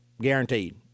Guaranteed